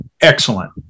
Excellent